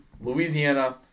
Louisiana